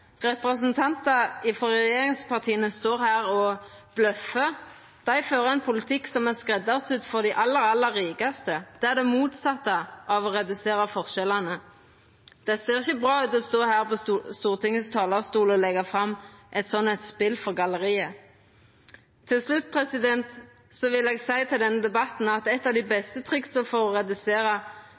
Representantar frå regjeringspartia står her og bløffar. Dei fører ein politikk som er skreddarsydd for dei aller, aller rikaste. Det er det motsette av å redusera forskjellane. Det ser ikkje bra ut å stå her på Stortingets talarstol og leggja fram eit sånt spel for galleriet. Til slutt vil eg seia, til denne debatten, at eit av dei beste triksa for å